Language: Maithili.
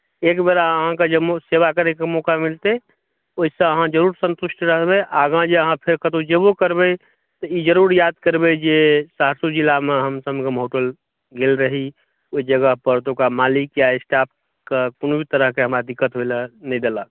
एकबेर अहाँकेँ जे सेवा करैके मौका मिलतै ओहिसँ अहाँ जरूर सन्तुष्ट रहबै आगाँ जे अहाँ फेर कतहु जेबो करबै तऽ ई जरूर याद करबै जे सहरसो जिलामे हम सङ्गम होटल गेल रही ओहि जगहपर ओतुका मालिक या स्टाफके कोनो भी तरहके हमरा दिक्कत होइ लेल नहि देलक